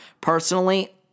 Personally